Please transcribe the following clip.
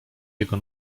jego